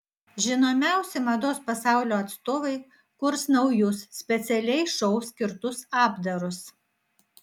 žinomiausi mados pasaulio atstovai kurs naujus specialiai šou skirtus apdarus